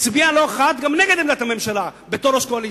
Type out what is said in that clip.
הצביע לא אחת גם נגד עמדת הממשלה בתור ראש קואליציה.